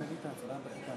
מצביע ציפי חוטובלי,